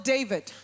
David